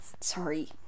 Sorry